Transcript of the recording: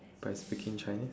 by speaking chinese